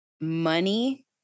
money